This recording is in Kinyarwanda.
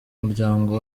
muryango